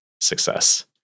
success